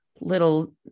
little